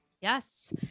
Yes